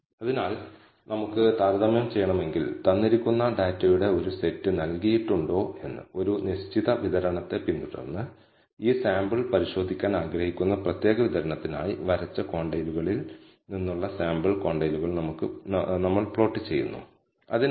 അതിനാൽ reduced model പര്യാപ്തമാണോ അതോ ഫുൾ മോഡൽ അംഗീകരിക്കണോ എന്ന് പരിശോധിക്കുന്നതിന് എഫ് ടെസ്റ്റ് നടത്തുന്നതിന് മുമ്പ് സം സ്ക്വയർഡ് ക്വാണ്ടിറ്റികൾക്കായി നമ്മൾ ചില നിർവചനങ്ങൾ ഉപയോഗിക്കും